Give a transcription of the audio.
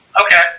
Okay